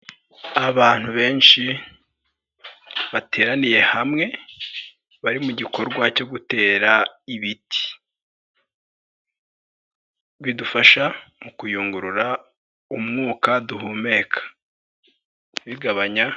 Abantu benshi bateraniye hamwe bari mu gikorwa cyo gutera ibiti, bidufasha mu kuyungurura umwuka duhumeka bigabanya.